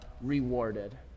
rewarded